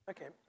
Okay